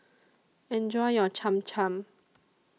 Enjoy your Cham Cham